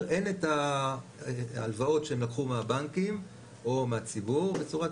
הן את ההלוואות שהם לקחו מהבנקים או מהציבור בצורת